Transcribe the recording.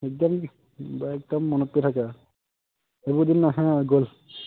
একদম বা একদম মনত পৰি থাকে আৰু সেইবোৰ দিন নাহে আৰু গ'ল